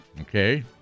Okay